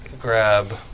grab